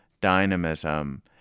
dynamism